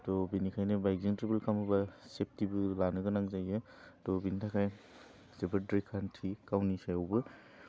थह बिनिखायनो बाइकजों ट्रेबोल खालामोबा सेफथिबो लानो गोनां जायो थह बिनि थाखाय जोबोद रैखाथि गावनि सायावबो